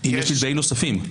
-- אם יש נתבעים נוספים.